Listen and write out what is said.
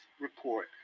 report